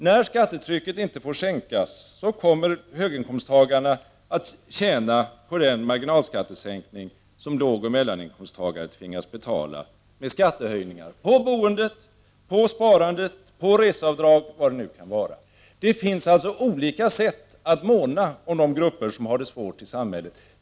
När skattetrycket inte får sänkas, kommer höginkomsttagarna att tjäna på den marginalskattesänkning som lågoch mellaninkomsttagare tvingas betala genom skattehöjningar på boendet, på sparandet, på reseavdrag och vad det nu kan vara. Det finns alltså olika sätt att måna om de grupper som har det svårt i samhället.